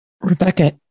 Rebecca